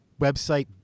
website